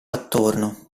attorno